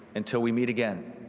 until we meet again,